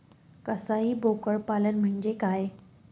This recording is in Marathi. कसाई बोकड पालन म्हणजे काय?